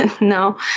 No